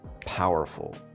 powerful